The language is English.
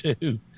two